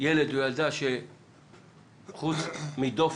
ילד או ילדה שחוץ מדופק